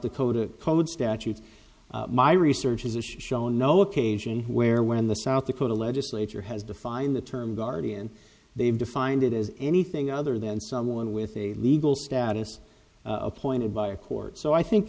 code statutes my research has shown no occasion where when the south dakota legislature has defined the term guardian they've defined it as anything other than someone with a legal status appointed by a court so i think